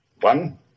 One